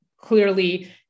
clearly